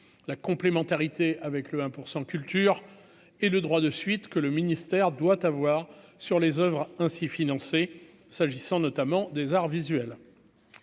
la complémentarité avec le un pour 100 culture et le droit de suite que le ministère doit avoir sur les Oeuvres ainsi financer s'agissant notamment des arts visuels.